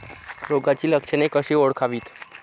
रोगाची लक्षणे कशी ओळखावीत?